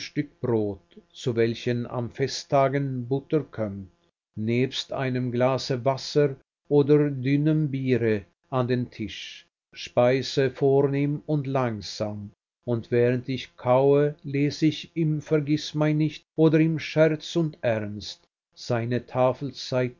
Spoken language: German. stück brot zu welchem an festtagen butter kömmt nebst einem glase wasser oder dünnem biere an den tisch speise vornehm und langsam und während ich kaue lese ich im vergißmeinnicht oder in scherz und ernst seine